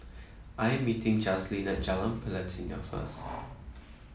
I am meeting Jazlene at Jalan Pelatina first